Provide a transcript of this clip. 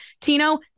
Tino